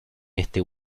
este